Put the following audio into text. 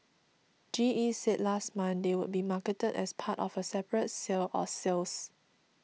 G E said last month they would be marketed as part of a separate sale or sales